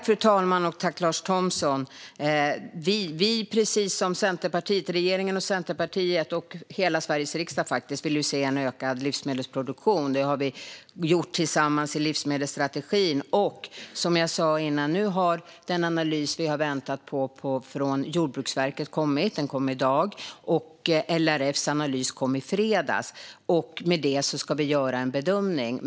Fru talman och Lars Thomsson! Regeringen vill precis som Centerpartiet och hela Sveriges riksdag, faktiskt, se en ökad livsmedelsproduktion. Det har vi gjort klart tillsammans i livsmedelsstrategin. Som jag sa tidigare har den analys vi har väntat på från Jordbruksverket nu kommit - den kom i dag - och LRF:s analys kom i fredags. I och med det ska vi göra en bedömning.